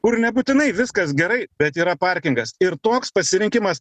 kur nebūtinai viskas gerai bet yra parkingas ir toks pasirinkimas